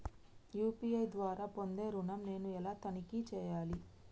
UPI ద్వారా పొందే ఋణం నేను ఎలా తనిఖీ చేయాలి?